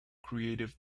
creative